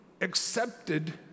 accepted